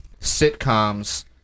sitcoms